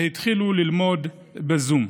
והתחילו ללמוד בזום.